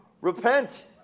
Repent